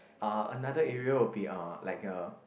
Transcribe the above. uh another area will be uh like a